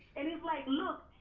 and it's like, look,